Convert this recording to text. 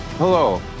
Hello